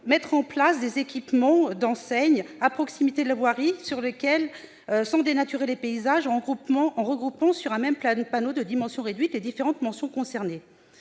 mettre en place des équipements d'enseigne à proximité de la voirie, sans dénaturer les paysages, regroupant sur un même panneau de dimensions réduites les différentes mentions concernées.